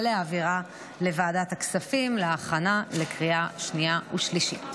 ולהעבירה לוועדת הכספים להכנה לקריאה שנייה ושלישית.